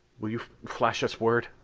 will you flash us word?